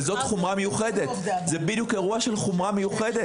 וזה בדיוק אירוע של חומרה מיוחדת.